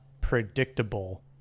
predictable